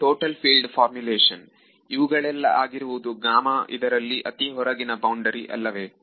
ಇದು total field formulation ಇವುಗಳೆಲ್ಲ ಆಗಿರುವುದು ಇದರಲ್ಲಿ ಅತಿ ಹೊರಗಿನ ಬೌಂಡರಿ ಅಲ್ಲವೇ